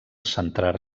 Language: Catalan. centrar